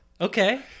Okay